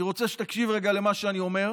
אני רוצה שתקשיב רגע למה שאני אומר,